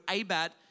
abad